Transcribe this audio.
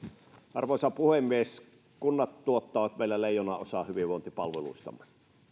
arvoisa puhemies kunnat tuottavat meillä leijonanosan hyvinvointipalveluistamme